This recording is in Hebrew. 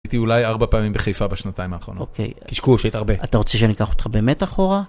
הייתי אולי ארבע פעמים בחיפה בשנתיים האחרונות. אוקיי. קשקוש. שהיית הרבה. אתה רוצה שאני אקח אותך באמת אחורה?